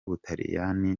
butaliyani